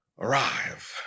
arrive